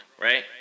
right